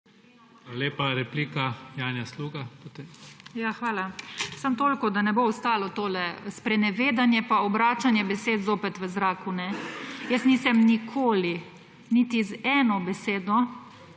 lepa. Replika Janja Sluga. JANJA SLUGA (PS NP): Hvala. Samo toliko, da ne bo ostalo tole. Sprenevedanje pa obračanje besed zopet v zraku. Jaz nisem nikoli niti z eno besedo